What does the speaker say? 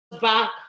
back